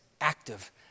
active